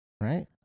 right